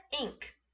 ink